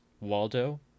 Waldo